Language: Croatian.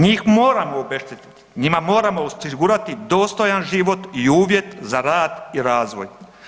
Njih moramo obeštetiti, njima moramo osigurati dostojan život i uvjet za rad i razvoj.